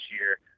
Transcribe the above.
year